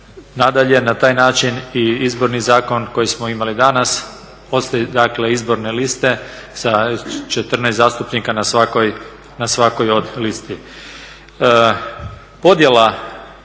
Nadalje, na taj način i Izborni zakon koji smo imali danas ostaju dakle izborne liste sa 14 zastupnika na svakoj od listi. Podjela